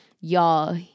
Y'all